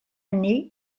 année